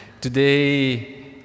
Today